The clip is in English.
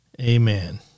Amen